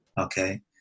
okay